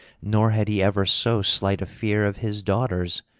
nor had he ever so slight a fear of his daughters,